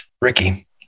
Ricky